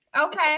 Okay